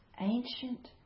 Ancient